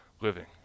living